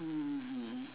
mmhmm